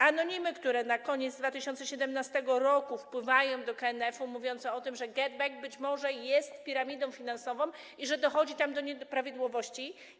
Anonimy, które na koniec 2017 r. wpływają do KNF-u, mówią o tym, że GetBack być może jest piramidą finansową i że dochodzi tam do nieprawidłowości.